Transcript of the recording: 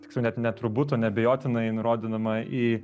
tiksliau net ne turbūt o neabejotinai nurodydama į